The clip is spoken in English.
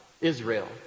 Israel